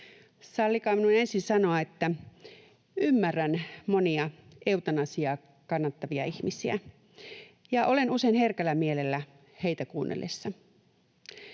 Sallikaa minun ensin sanoa, että ymmärrän monia eutanasiaa kannattavia ihmisiä, ja olen usein herkällä mielellä heitä kuunnellessa.